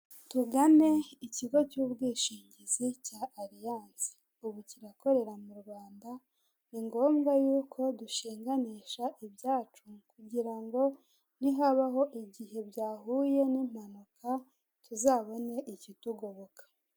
Tugane ikigo cy'ubwishingizi cya ariyanse, ubu kirakorera mu Rwanda, ni ngombwa y'uko dushinganisha ibyacu kugira ngo nihabaho igihe byahuye n'impanuka, tuzabone ikitugoboka.